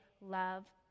love